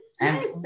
Yes